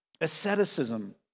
asceticism